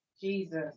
Jesus